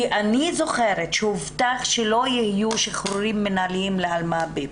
כי אני זוכרת שהובטח שלא יהיו שחרורים מינהליים לאלמ"בים,